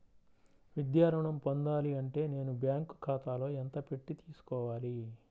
విద్యా ఋణం పొందాలి అంటే నేను బ్యాంకు ఖాతాలో ఎంత పెట్టి తీసుకోవాలి?